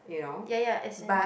ya ya as in